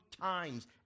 times